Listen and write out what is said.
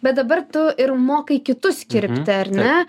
bet dabar tu ir mokai kitus kirpti ar ne